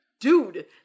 dude